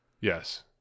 Yes